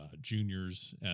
juniors